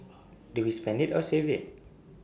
do we spend IT or save IT